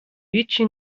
هیچچی